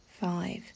five